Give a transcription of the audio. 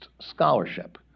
scholarship